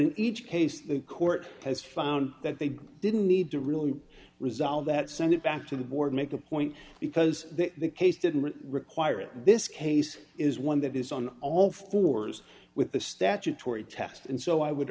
in each case the court has found that they didn't need to really resolve that send it back to the board make a point because the case didn't require in this case is one that is on all fours with the statutory test and so i would